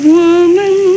woman